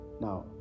Now